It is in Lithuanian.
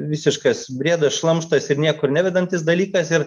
visiškas briedas šlamštas ir niekur nevedantis dalykas ir